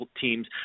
teams